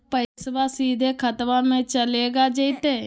पैसाबा सीधे खतबा मे चलेगा जयते?